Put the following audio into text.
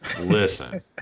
Listen